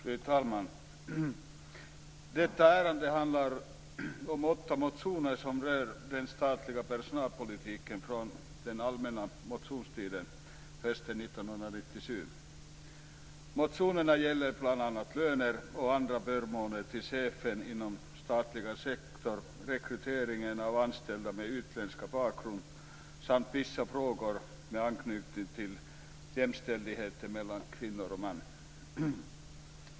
Fru talman! Detta ärende handlar om åtta motioner från den allmänna motionstiden hösten 1997 som rör den statliga personalpolitiken. Motionerna gäller bl.a. löner och andra förmåner till chefer inom den statliga sektorn, rekryteringen av anställda med utländsk bakgrund samt vissa frågor med anknytning till jämställdheten mellan kvinnor och män.